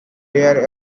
layers